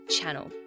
channel